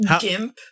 GIMP